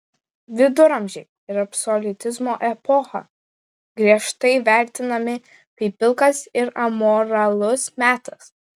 viduramžiai ir absoliutizmo epocha griežtai vertinami kaip pilkas ir amoralus metas